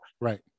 Right